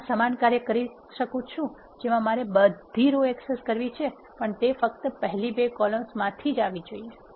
હું આ સમાન કાર્ય કરી શકુ છુ જેમાં મારે બધી રો એક્સેસ કરવી છે પણ તે ફ્ક્ત પહેલી બે કોલમ્સ માંથી જ આવી જોઇએ